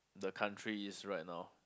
the country is right now